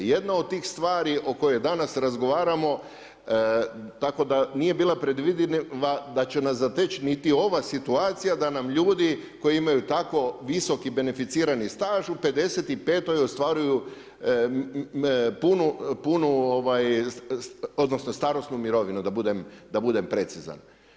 Jedna od tih stvari o kojoj danas razgovaramo, tako da nije bila predvidiva da će nas zateć niti ova situacija da nam ljudi koji imaju tako visoki beneficirani staž u 55 ostvaruju punu odnosno starosnu mirovinu da budem precizan.